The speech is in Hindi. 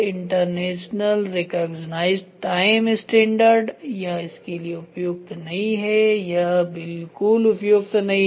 इंटरनेशनल रेकग्निजिड टाइम्स स्टैण्डर्ड यह इसके लिए उपयुक्त नहीं है यह बिल्कुल उपयुक्त नहीं है